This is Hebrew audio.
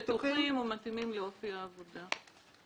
בטוחים ומתאימים לאופי העבודה."